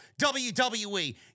WWE